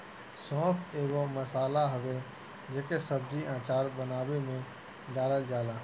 सौंफ एगो मसाला हवे जेके सब्जी, अचार बानवे में डालल जाला